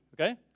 okay